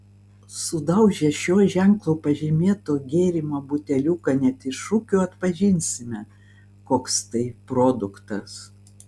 sudaužę šiuo ženklu pažymėto gėrimo buteliuką net iš šukių atpažinsime koks tai produktas